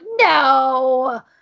no